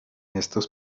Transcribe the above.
estos